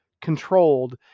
controlled